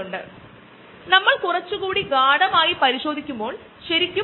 ചിലപ്പോൾ അതു വായുവിൽ അടങ്ങിയിരിക്കുന്ന കാർബൺ ഡയോക്സൈഡ് മാത്രം ആകാം